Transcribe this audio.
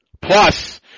plus